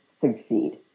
succeed